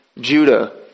Judah